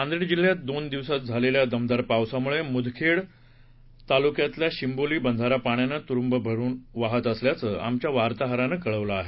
नांदेड जिल्ह्यात दोन दिवस झालेल्या दमदार पावसामुळे मुदखेड तालूक्यातला शेंबोली बंधारा पाण्यानं तुडूंब भरून वाहत असल्याचं आमच्या वार्ताहरानं कळवलं आहे